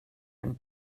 and